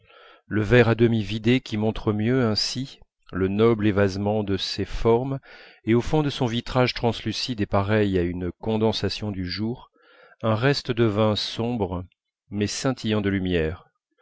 le verre à demi vidé qui montre mieux ainsi le noble évasement de ses formes et au fond de son vitrage translucide et pareil à une condensation du jour un reste de vin sombre mais scintillant de lumières